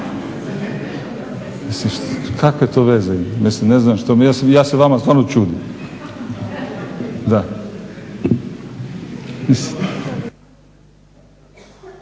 kakve to veze ima? Ja se vama stvarno čudim.